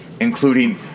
including